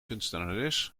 kunstenares